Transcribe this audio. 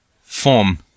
form